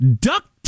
duck